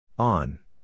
On